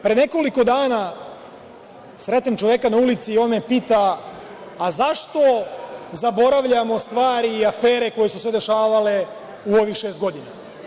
Pre nekoliko dana, sretnem čoveka na ulici i on me pita - A zašto zaboravljamo stvari i afere koje su se dešavale u ovih 6 godina?